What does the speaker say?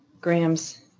grams